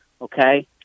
okay